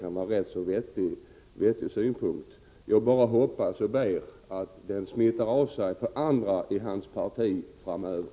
Jag tycker att det kan vara en vettig synpunkt. Jag hoppas bara, och ber, att den skall smitta av sig på andra inom hans parti framöver.